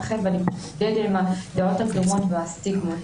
האחר ולהתמודד עם הדעות הקדומות והסטיגמות.